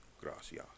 gracias